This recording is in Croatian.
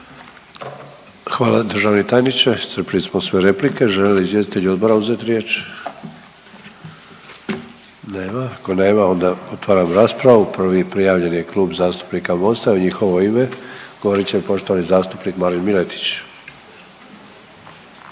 Hvala državni tajniče, iscrpili smo sve replike. Žele li izvjestitelji odbora uzet riječ? Nema, ako nema onda otvaran raspravu, prvi prijavljeni je Klub zastupnika Mosta, u njihovo ime govorit će poštovani zastupnik Marin Miletić.